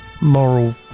Moral